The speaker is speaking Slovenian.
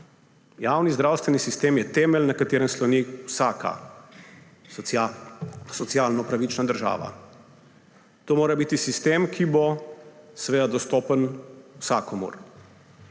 Javni zdravstveni sistem je temelj, na katerem sloni vsaka socialno pravična država. To mora biti sistem, ki bo seveda dostopen vsakomur